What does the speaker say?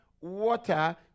water